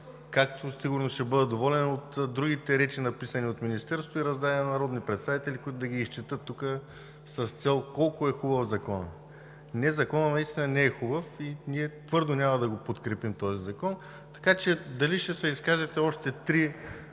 както сигурно ще бъда доволен от другите речи, написани от Министерството и раздадени на народни представители, които тук да ги изчетат с цел колко е хубав Законът. Не, Законът наистина не е хубав и ние твърдо няма да го подкрепим. Така че дали ще се изкажат още трима